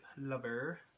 lover